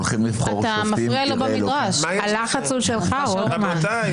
הולכים לבחור שופטים --- הלחץ הוא שלך, רוטמן.